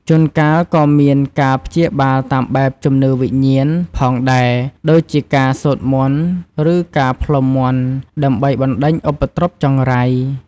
ជួនកាលក៏មានការព្យាបាលតាមបែប ជំនឿវិញ្ញាណ ផងដែរ ដូចជាការសូត្រមន្ត ឬការផ្លុំមន្ត ដើម្បីបណ្ដេញឧបទ្រពចង្រៃ។